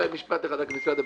אולי רק משפט אחד למשרד הבריאות.